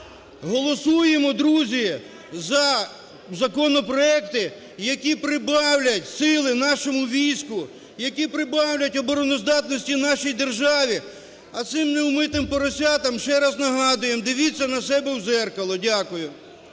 Голосуємо, друзі, за законопроекти, які прибавлять сили нашому війську, які прибавлять обороноздатності нашій державі. А цим неумитим поросятам ще раз нагадуємо: дивіться на себе в дзеркало.